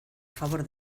favor